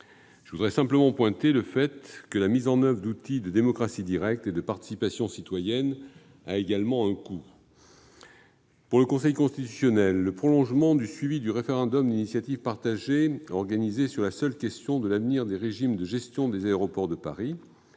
le prix de la démocratie ! La mise en oeuvre d'outils de démocratie directe et de participation citoyenne a également un coût. Pour le Conseil constitutionnel, le prolongement du suivi du référendum d'initiative partagée, organisé sur la seule question de l'avenir des régimes de gestion des Aéroports de Paris